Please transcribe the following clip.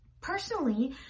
Personally